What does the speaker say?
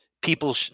people